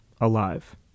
alive